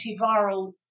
antiviral